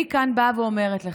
אני אומרת לך,